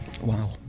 Wow